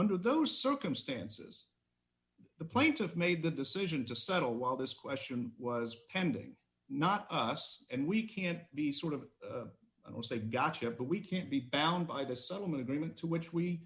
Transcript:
under those circumstances the plaintiff made the decision to settle while this question was pending not us and we can't be sort of say gotcha but we can't be bound by the settlement agreement to which we